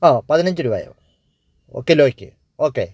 ഓ പതിനഞ്ച് രൂപായോ ഓ കിലോയ്ക്ക് ഓക്കെ